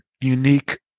unique